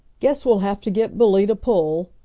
guess we'll have to get billy to pull,